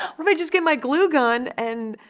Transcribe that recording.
if i just get my glue gun and,